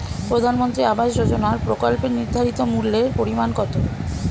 প্রধানমন্ত্রী আবাস যোজনার প্রকল্পের নির্ধারিত মূল্যে পরিমাণ কত?